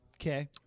Okay